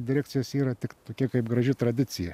direkcijos yra tik tokia kaip graži tradicija